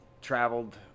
traveled